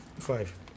Five